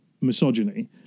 misogyny